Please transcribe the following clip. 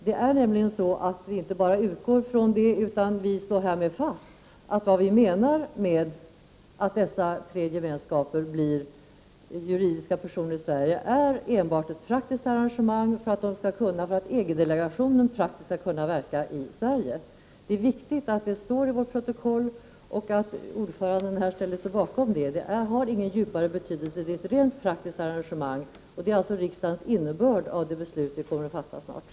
Det är nämligen så att vi inte bara utgår från det utan vi slår härmed fast att vad vi menar med att dessa tre gemenskaper blir juridiska personer i Sverige enbart är ett praktiskt arrangemang för att delegationen praktiskt skall kunna verka i Sverige. Det har ingen djupare betydelse. Det är ett rent praktiskt arrangemang; det är alltså innebörden av det beslut vi kommer att fatta snart.